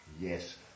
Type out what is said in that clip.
yes